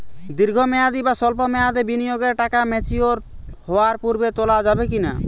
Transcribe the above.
দীর্ঘ মেয়াদি বা সল্প মেয়াদি বিনিয়োগের টাকা ম্যাচিওর হওয়ার পূর্বে তোলা যাবে কি না?